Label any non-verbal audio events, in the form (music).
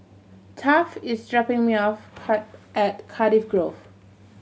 Taft is dropping me off (unintelligible) at Cardiff Grove